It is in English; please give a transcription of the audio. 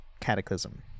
Cataclysm